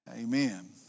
amen